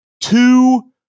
two